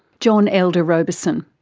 john elder robison.